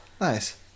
Nice